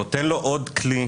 הוא נותן לו עוד נתונים,